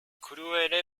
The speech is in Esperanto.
kruele